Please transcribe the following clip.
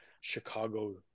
Chicago